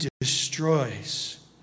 destroys